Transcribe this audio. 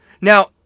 Now